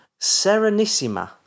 Serenissima